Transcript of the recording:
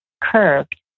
curved